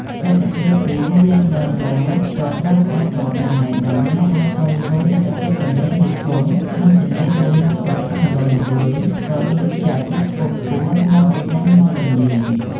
ទិដ្ឋភាពពី ហាយឡែនឌឺ បារ (Highlander Bar) ក៏ស្រស់ស្អាតផងដែរ ដោយអ្នកអាចគយគន់ទេសភាពទន្លេមេគង្គ និងទន្លេបួនមុខដ៏ធំល្វឹងល្វើយ ក៏ដូចជាអគារខ្ពស់ៗនៅម្ខាងមាត់ទន្លេ។